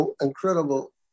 incredible